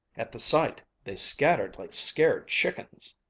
at the sight they scattered like scared chickens.